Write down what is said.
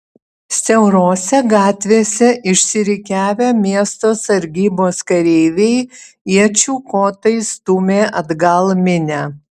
siaurose gatvėse išsirikiavę miesto sargybos kareiviai iečių kotais stūmė atgal minią